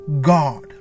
God